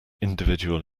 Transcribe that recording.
individual